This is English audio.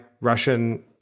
Russian